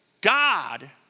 God